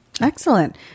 Excellent